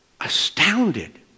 Astounded